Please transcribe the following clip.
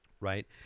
right